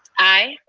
aye.